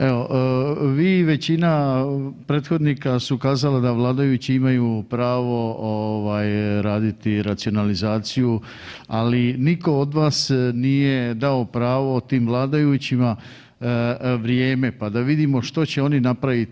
Evo, vi i većina prethodnika su kazala da vladajući imaju pravo ovaj raditi racionalizaciju ali nitko od vas nije dao pravo tim vladajućima vrijeme pa da vidimo što će oni napraviti.